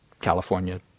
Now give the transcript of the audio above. California